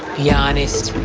yeah honest.